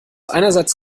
einerseits